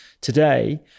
today